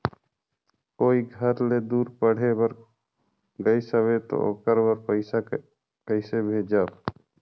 कोई घर ले दूर पढ़े बर गाईस हवे तो ओकर बर पइसा कइसे भेजब?